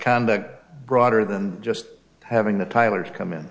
conduct broader than just having the tylers come in